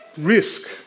Risk